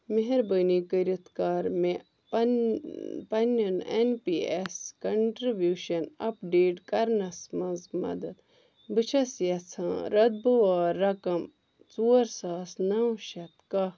مہربٲنی کٔرِتھ کر مےٚ پننیٚن N P S contribution update کرنَس منٛز مدد بہٕ چھیٚس یَژھان رتبہٕ وار رقم ژور ساس نَو شٮ۪تھ کاہ